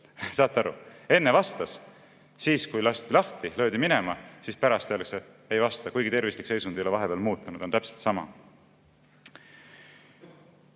Saate aru, enne vastas, siis kui lasti lahti, löödi minema, aga pärast öeldakse, et ei vasta, kuigi tervislik seisund ei ole vahepeal muutunud, on täpselt sama. Ja